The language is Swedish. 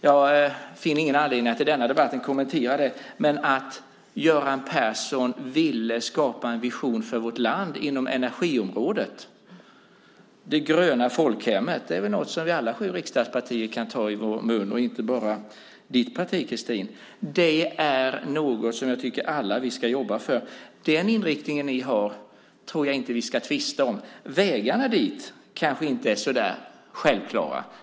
Jag finner ingen anledning att i denna debatt kommentera det, men Göran Persson ville skapa en vision för vårt land på energiområdet. Det gröna folkhemmet är väl något som vi alla sju riksdagspartier kan ta i vår mun, och inte bara ditt parti, Christin. Jag tycker att det är något som vi alla ska jobba för. Jag tror inte att vi ska tvista om den inriktning ni har. Vägarna dit kanske inte är så självklara.